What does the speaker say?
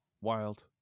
wild